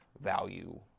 value